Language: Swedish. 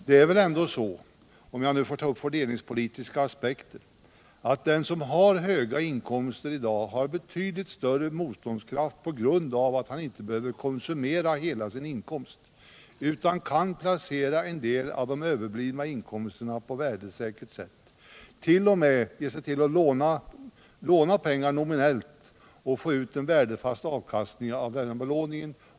Det är väl ändå så, om jag nu får ta upp fördelningspolitiska aspekter, att den som har höga inkomster i dag har betydligt större motståndskraft på grund av att han inte behöver konsumera hela sin inkomst utan kan placera en del av den överblivna inkomsten på värdesäkert sätt. Han kan t.o.m. ge sig till att låna pengar nominellt och få ut en värdefast avkastning av denna belåning.